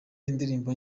indirimbo